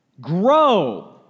Grow